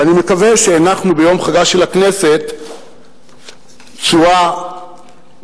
ואני מקווה שהנחנו ביום חגה של הכנסת תשורה מתאימה.